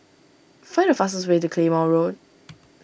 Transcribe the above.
find the fastest way to Claymore Road